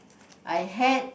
I had